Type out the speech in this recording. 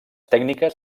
tècniques